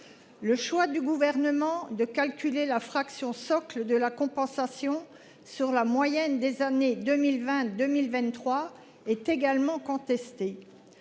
Le choix du gouvernement de calculer la fraction socle de la compensation sur la moyenne des années 2022 1023 est également contestée.